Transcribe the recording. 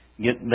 get